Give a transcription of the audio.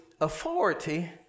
authority